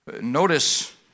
Notice